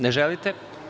Ne želite.